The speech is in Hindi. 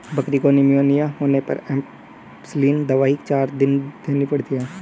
बकरी को निमोनिया होने पर एंपसलीन दवाई चार दिन देनी पड़ती है